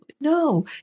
No